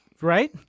Right